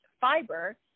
fiber